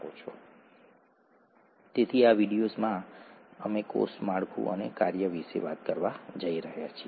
આ ચોક્કસ વિડિઓમાં તે આધાર માહિતી આધાર સંદેશ છે